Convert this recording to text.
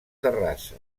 terrassa